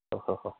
ഓ ഹോ ഹോ